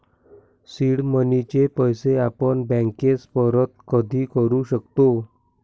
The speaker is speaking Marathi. सीड मनीचे पैसे आपण बँकेस परत कधी करू शकतो